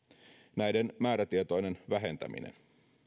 näiden määrätietoinen vähentäminen